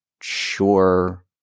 sure